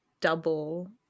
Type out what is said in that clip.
double